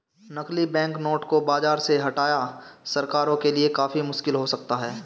नकली बैंकनोट को बाज़ार से हटाना सरकारों के लिए काफी मुश्किल हो गया है